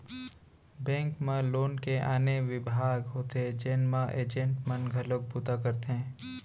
bank म loan के आने बिभाग होथे जेन म एजेंट मन घलोक बूता करथे